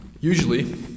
usually